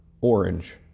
orange